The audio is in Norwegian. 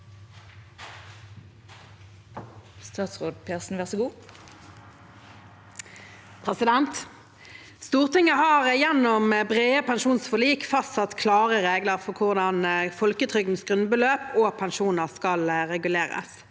Marte Mjøs Persen Stortinget har gjennom brede pensjonsforlik fastsatt klare regler for hvordan folketrygdens grunnbeløp og pensjoner skal reguleres.